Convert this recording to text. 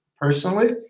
personally